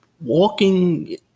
walking